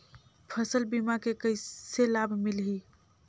फसल बीमा के कइसे लाभ मिलही?